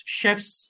chefs